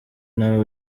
nawe